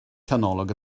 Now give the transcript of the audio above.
canolog